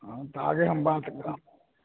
हँ तऽ आगे हम बात कऽ